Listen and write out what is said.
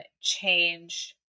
change